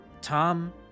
Tom